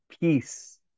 peace